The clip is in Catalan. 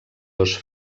dos